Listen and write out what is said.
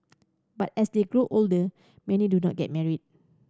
but as they grow older many do get married